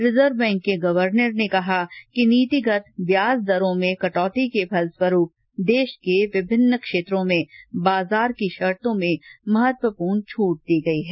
reserve bank के governor ने कहा कि नीतिगत ब्याज दरों में कटौती के फलस्वरूप देश के विभिन्न क्षेत्रों में बाजार की शर्तों में महत्वपूर्ण छूट दी गई है